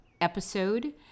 episode